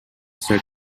set